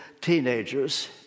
teenagers